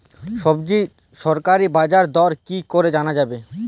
সবজির সরকারি বাজার দর কি করে জানা যাবে?